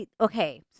okay